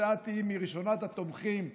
שאת תהיי ראשונת התומכים,